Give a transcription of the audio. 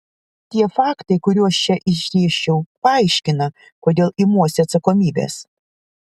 tie faktai kuriuos čia išdėsčiau paaiškina kodėl imuosi atsakomybės